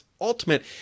Ultimate